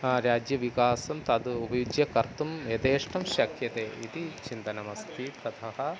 राज्यविकासं तदुपयुज्य कर्तुं यतेष्टं शक्यते इति चिन्तनमस्ति ततः